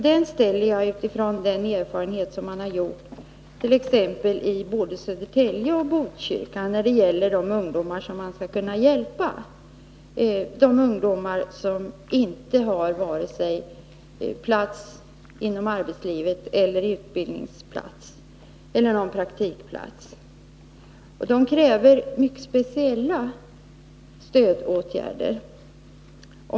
Denna fråga ställer jag utifrån de erfarenheter som man gjort både i Södertälje och i Botkyrka när det gäller de ungdomar som behöver hjälp, dvs. de ungdomar som inte har plats i arbetslivet eller som inte har utbildningsplats eller praktikplats. Här krävs det mycket speciella stödåtgärder.